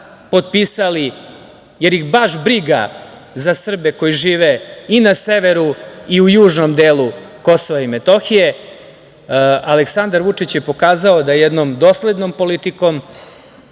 potpisali, jer ih baš briga za Srbe koji žive i na severu i u južnom delu Kosova i Metohije. Aleksandar Vučić je pokazao da jednom doslednom politikom,